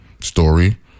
Story